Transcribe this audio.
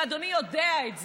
ואדוני יודע את זה.